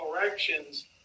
corrections